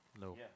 No